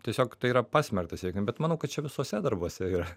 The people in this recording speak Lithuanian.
tiesiog tai yra pasmerkta sėkmei bet manau kad čia visuose darbuose ir